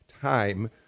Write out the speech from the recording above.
time